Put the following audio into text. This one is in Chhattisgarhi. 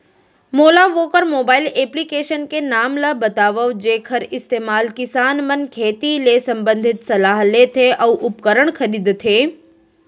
मोला वोकर मोबाईल एप्लीकेशन के नाम ल बतावव जेखर इस्तेमाल किसान मन खेती ले संबंधित सलाह लेथे अऊ उपकरण खरीदथे?